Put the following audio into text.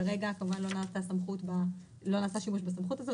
כרגע כמובן לא נעשה שימוש בסמכות הזאת.